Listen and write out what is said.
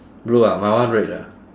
blue ah my one red ah